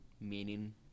meaning